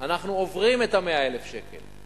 אנחנו עוברים את ה-100,000 שקל,